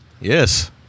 yes